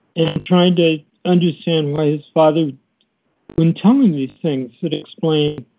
and trying to understand why his father wouldn't tell him these things that explain